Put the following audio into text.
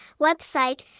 Website